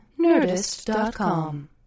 Nerdist.com